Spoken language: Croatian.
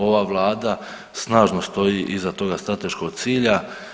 Ova Vlada snažno stoji iza toga strateškog cilja.